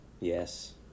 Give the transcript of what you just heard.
Yes